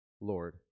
Lord